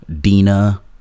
Dina